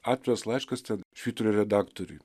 atviras laiškas ten švyturio redaktoriui